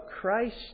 Christ